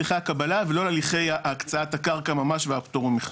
באמת דיבר בעיקר על הליכי הקבלה ולא על הליכי הקצאת הקרקע והפטור ממכרז.